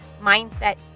mindset